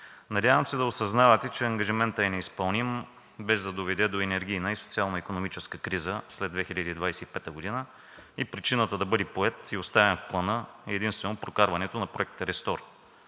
Надявам се да осъзнавате, че ангажиментът е неизпълним, без да доведе до енергийна и социално-икономическа криза след 2025 г. Причината да бъде поет и оставен в Плана е единствено прокарването на Проекта RESTORE